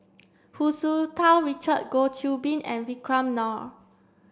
Hu Tsu Tau Richard Goh Qiu Bin and Vikram Nair